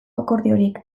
akordiorik